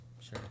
Sure